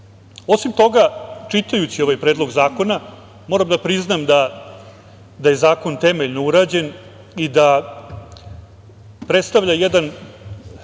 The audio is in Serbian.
toga, čitajući ovaj predlog zakona moram da priznam da je zakon temeljno urađen i da predstavlja jedan,